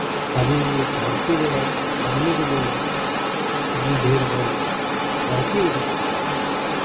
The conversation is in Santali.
ᱟᱵᱚ ᱫᱷᱟᱹᱨᱛᱤ ᱨᱮ ᱢᱟᱹᱱᱢᱤ ᱫᱚᱵᱚᱱ ᱟᱹᱰᱤ ᱰᱷᱮᱨ ᱵᱚᱱ ᱵᱟᱹᱲᱛᱤ ᱤᱫᱤᱜ ᱠᱟᱱᱟ